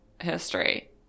history